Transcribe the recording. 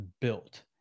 built